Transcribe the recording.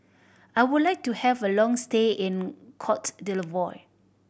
I would like to have a long stay in Cote D'Ivoire